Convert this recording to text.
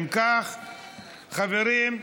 אם כך, חברים,